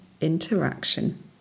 interaction